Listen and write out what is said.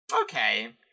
okay